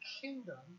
kingdom